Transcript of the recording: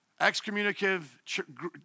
excommunicative